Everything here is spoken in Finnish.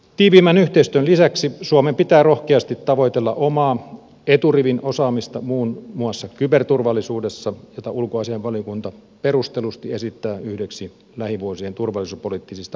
tiiviimmän yhteistyön lisäksi suomen pitää rohkeasti tavoitella omaa eturivin osaamista muun muassa kyberturvallisuudessa jota ulkoasiainvaliokunta perustellusti esittää yhdeksi lähivuosien turvallisuuspoliittisista painopisteistä